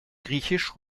griechisch